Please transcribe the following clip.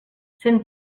cent